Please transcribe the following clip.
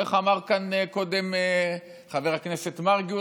איך אמר כאן קודם חבר הכנסת מרגי,